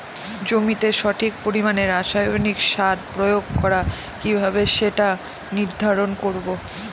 জমিতে সঠিক পরিমাণে রাসায়নিক সার প্রয়োগ করা কিভাবে সেটা নির্ধারণ করব?